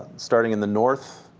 starting in the north,